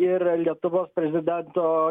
ir lietuvos prezidento